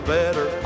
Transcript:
better